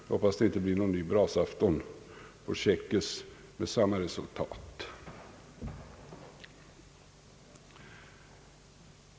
Jag hoppas att det inte blir någon ny brasafton på Chequers med samma resultat.